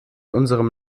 unserem